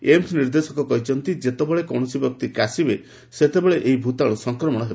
AIIMS ନିର୍ଦ୍ଦେଶକ କହିଚ୍ଚନ୍ତି ଯେତେବେଳେ କୌଣସି ବ୍ୟକ୍ତି କାଶିବେ ସେତେବେଳେ ଏହି ଭୂତାଣୁ ସଂକ୍ରମଣ ହେବ